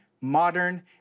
modern